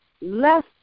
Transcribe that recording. less